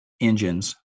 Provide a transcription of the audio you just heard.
engines